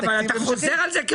בסדר הבנו את זה, אתה חוזר על זה.